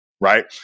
Right